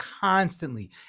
constantly